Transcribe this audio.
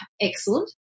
excellent